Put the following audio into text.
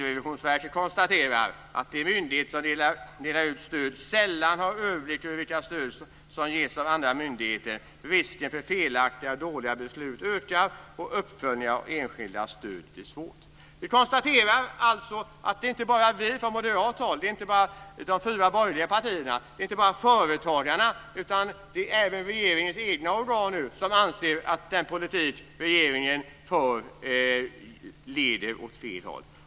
- RRV konstaterar att de myndigheter som delar ut stöd sällan har överblick över vilka stöd som ges av andra myndigheter. Risken för felaktiga och dåliga beslut ökar och uppföljningar av enskilda stöds effekter blir svår." Vi konstaterar alltså att det inte är bara vi från moderat håll och de fyra borgerliga partierna, inte bara från företagarna utan även regeringens egna organ som anser att den politik som regeringen för leder åt fel håll.